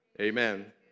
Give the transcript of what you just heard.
Amen